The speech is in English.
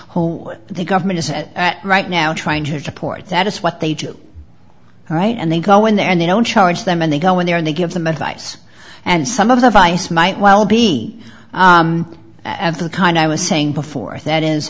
with the government is at right now trying to deport that is what they do right and they go in there and they don't charge them and they go in there and they give them advice and some of the vice might well be at the kind i was saying before that is